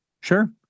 Sure